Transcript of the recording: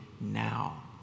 now